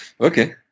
Okay